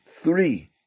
three